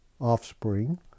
offspring